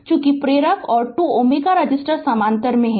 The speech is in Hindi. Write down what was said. चूंकि प्रेरक और 2 Ω रेसिस्टर समानांतर में हैं